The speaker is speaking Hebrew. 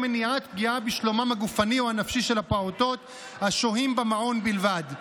בשלומם הגופני או הנפשי של פעוטות השוהים במעון בלבד.